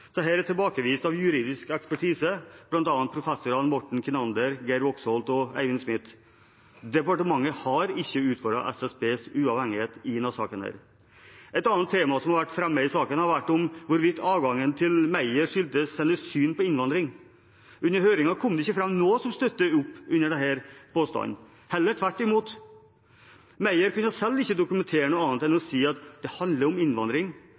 er tilbakevist av juridisk ekspertise, bl.a. professorene Morten Kinander, Geir Woxholth og Eivind Smith. Departementet har ikke utfordret SSBs uavhengighet i denne saken. Et annet tema som har vært framme i saken, har vært hvorvidt avgangen til Meyer skyldtes hennes syn på innvandring. Under høringen kom det ikke fram noe som støtter opp under denne påstanden, heller tvert imot. Meyer kunne selv ikke dokumentere noe annet enn å si at det handlet om innvandring,